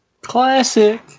classic